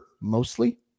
mostly